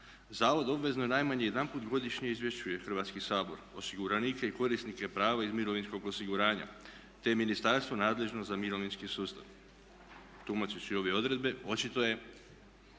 zavod obvezno najmanje jedanput godišnje izvješćuje Hrvatski sabor, osiguranike i korisnike prava iz mirovinskog osiguranja, te ministarstvo nadležno za mirovinski sustav. Tumačeći ove odredbe, očito je